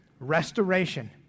Restoration